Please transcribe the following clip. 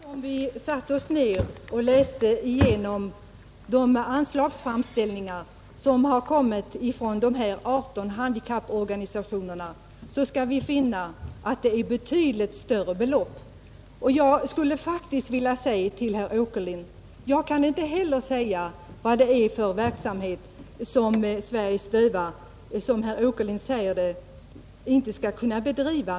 Herr talman! Om vi satte oss ned och läste igenom anslagsframställningarna från handikapporganisationerna, skulle vi säkerligen finna att det rör sig om betydande belopp. Och jag vill säga till herr Åkerlind att jag inte heller kan ange vad det är för verksamhet som Sveriges dövas riksförbund inte skall kunna bedriva.